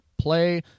play